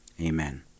amen